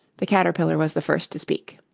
the caterpillar was the first to speak.